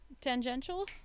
tangential